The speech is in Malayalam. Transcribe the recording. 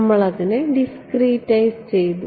നമ്മൾ അതിനെ ഡിസ്ക്രീറ്റൈസ് ചെയ്തു